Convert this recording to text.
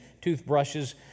toothbrushes